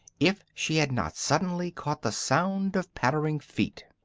if she had not suddenly caught the sound of pattering feet.